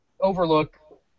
overlook